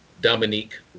Dominique